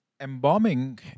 embalming